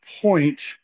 point